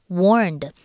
warned